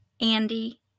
Andy